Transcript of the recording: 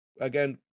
Again